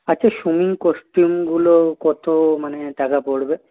আচ্ছা সুইমিং কস্টিউমগুলো কত মানে টাকা পড়বে